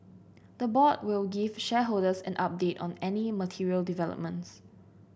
the board will give shareholders an update on any material developments